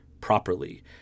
properly